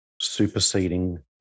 superseding